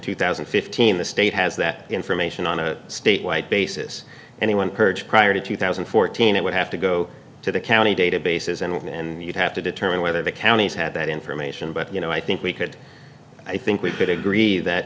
two thousand and fifteen the state has that information on a statewide basis anyone courage prior to two thousand and fourteen it would have to go to the county databases and you'd have to determine whether the counties had that information but you know i think we could i think we could agree that